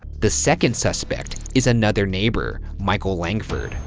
the second suspect is another neighbor, michael langford.